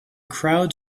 crowd